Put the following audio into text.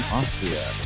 Austria